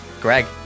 greg